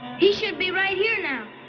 he should be right here now.